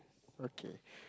okay